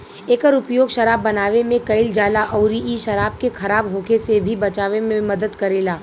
एकर उपयोग शराब बनावे में कईल जाला अउरी इ शराब के खराब होखे से भी बचावे में मदद करेला